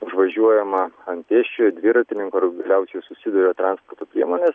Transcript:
užvažiuojama ant pėsčiojo dviratininko ir galiausiai susiduria transporto priemonės